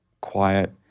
quiet